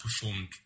performed